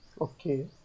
Okay